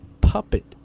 puppet